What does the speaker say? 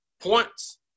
points